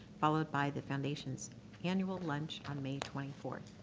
followed by the foundation's annual lunch on may twenty fourth.